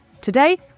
Today